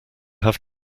have